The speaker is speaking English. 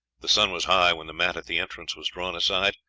the sun was high when the mat at the entrance was drawn aside,